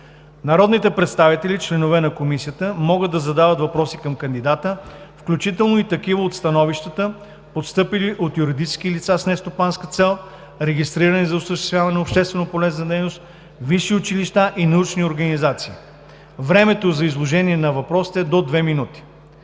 Народните представители, членове на комисията, могат да задават въпроси към кандидата, включително и такива от становищата, постъпили от юридически лица с нестопанска цел, регистрирани за осъществяване на общественополезна дейност, висши училища и научни организации. Времето за изложение на въпросите е до 2 минути.